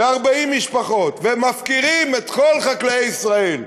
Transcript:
ב-40 משפחות, ומפקירים את כל חקלאי ישראל.